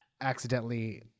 accidentally